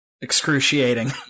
excruciating